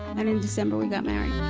and in december we got married.